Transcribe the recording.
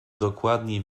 dokładnie